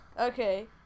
Okay